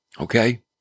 Okay